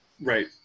right